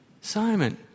Simon